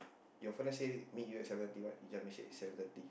your friend message say meet you at seven thirty right he just message seven thirty